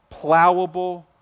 plowable